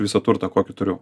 visą turtą kokį turiu